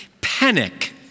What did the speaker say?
Panic